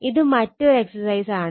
ഇത് മറ്റൊരു എക്സസൈസ് ആണ്